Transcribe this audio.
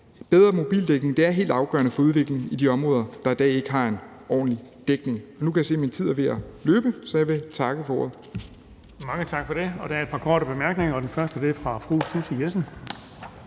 Bedre mobildækning er helt afgørende for udviklingen i de områder, der i dag ikke har en ordentlig dækning. Nu kan jeg se, at min tid er ved at være brugt, så jeg vil takke for ordet.